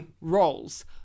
roles